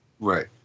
Right